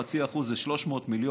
ו-0.5% זה פחות או יותר 300 מיליון,